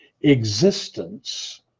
existence